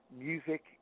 music